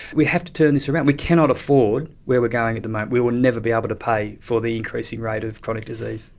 we have to turn this around, we cannot afford where we are going at the moment, we will never be able to pay for the increasing rate of chronic disease.